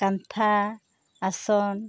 ᱠᱟᱱᱛᱷᱟ ᱟᱥᱚᱱ